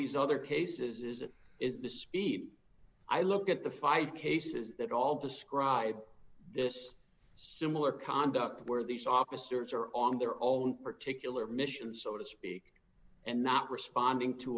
these other cases is it is the speed i look at the five cases that all describe this similar conduct where these officers are on their own particular mission so to speak and not responding to